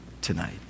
tonight